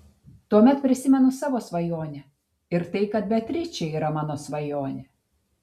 tuomet prisimenu savo svajonę ir tai kad beatričė yra mano svajonė